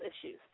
issues